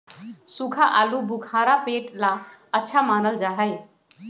सूखा आलूबुखारा पेट ला अच्छा मानल जा हई